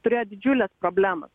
turėjo didžiules problemas